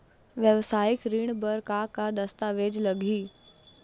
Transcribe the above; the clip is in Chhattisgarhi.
वेवसायिक ऋण बर का का दस्तावेज लगही?